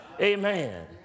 Amen